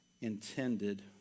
intended